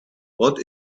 what